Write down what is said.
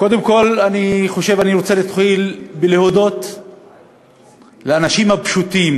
קודם כול אני רוצה להודות לאנשים הפשוטים